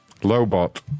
Lobot